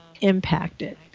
impacted